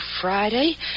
Friday